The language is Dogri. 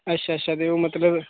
अच्छा अच्छा ते ओह् मतलब